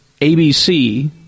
ABC